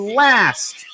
last